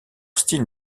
style